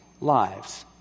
lives